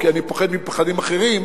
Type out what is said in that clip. כי אני פוחד פחדים אחרים,